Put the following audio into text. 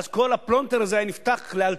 ואז כל הפלונטר הזה היה נפתח לאלתר,